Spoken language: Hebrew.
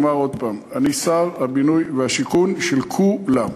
אומר עוד הפעם: אני שר הבינוי והשיכון של כולם,